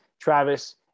Travis